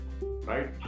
right